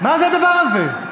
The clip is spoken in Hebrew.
מה זה הדבר הזה?